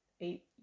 eight